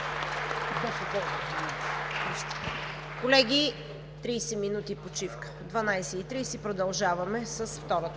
Колеги, 30 минути почивка. В 12,30 ч. продължаваме с втора